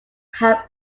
have